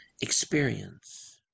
experience